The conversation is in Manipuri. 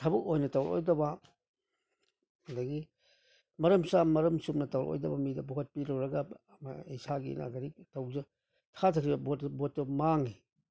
ꯊꯕꯛ ꯑꯣꯏꯅ ꯇꯧꯔꯛꯑꯣꯏꯗꯕ ꯑꯗꯒꯤ ꯃꯔꯝ ꯆꯥꯅ ꯃꯔꯝ ꯆꯨꯝꯅ ꯇꯧꯔꯛꯑꯣꯏꯗꯕ ꯃꯤꯗ ꯚꯣꯠ ꯄꯤꯔꯨꯔꯒ ꯏꯁꯥꯒꯤ ꯅꯥꯒꯔꯤꯛ ꯊꯥꯗꯔꯤꯕ ꯚꯣꯠꯇꯣ ꯚꯣꯠꯇꯣ ꯃꯥꯡꯏ